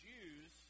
Jews